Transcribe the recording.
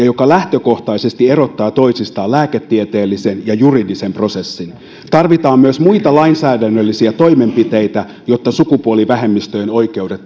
joka lähtökohtaisesti erottaa toisistaan lääketieteellisen ja juridisen prosessin tarvitaan myös muita lainsäädännöllisiä toimenpiteitä jotta sukupuolivähemmistöjen oikeudet